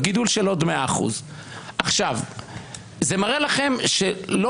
גידול של עוד 100%. זה מראה לכם שלא